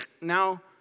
now